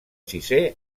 sisè